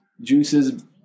juices